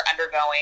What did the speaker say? undergoing